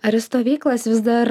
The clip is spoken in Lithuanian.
ar į stovyklas vis dar